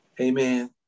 Amen